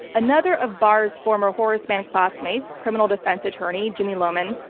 another of barr's former horace mann classmate, criminal defense attorney, jimmy lohman,